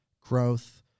growth